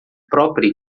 própria